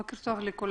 בוקר טוב לכולם.